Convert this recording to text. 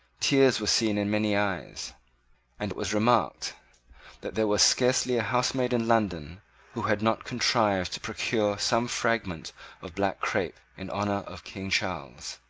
tears were seen in many eyes and it was remarked that there was scarcely a housemaid in london who had not contrived to procure some fragment of black crepe in honour of king charles.